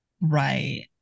Right